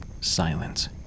Silence